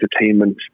entertainment